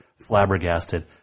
flabbergasted